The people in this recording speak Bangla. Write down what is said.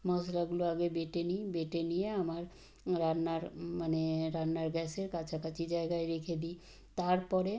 মশলাগুলো আগে বেটে নিই বেটে নিয়ে আমার রান্নার মানে রান্নার গ্যাসের কাছাকাছি জায়গায় রেখে দিই তার পরে